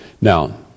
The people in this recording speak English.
Now